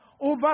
over